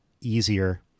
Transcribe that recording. easier